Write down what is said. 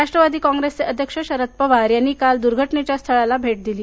राष्ट्रवादी काँग्रेसचे अध्यक्ष शरद पवार यांनी काल दूर्घटनेच्या स्थळाला भेट दिली